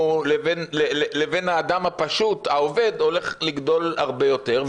לבין האדם הפשוט העובד הולך לגדול הרבה יותר,